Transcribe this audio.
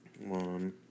one